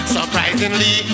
Surprisingly